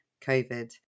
COVID